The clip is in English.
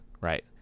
right